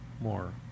more